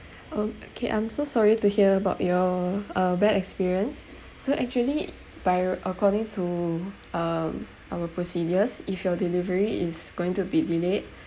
um okay I'm so sorry to hear about your uh bad experience so actually by according to um our procedures if your delivery is going to be delayed